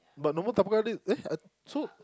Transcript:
but no more thumb guard it there eh so